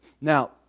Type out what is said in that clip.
Now